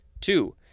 Two